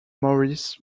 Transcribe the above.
maurice